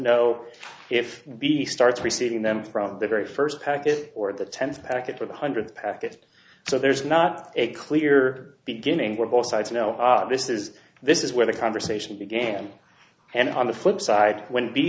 know if the starts receiving them from the very first packet or the tenth packet with one hundred packets so there's not a clear beginning where both sides know this is this is where the conversation began and on the flip side when